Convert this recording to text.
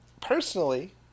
personally